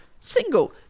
single